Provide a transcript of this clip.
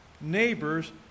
neighbors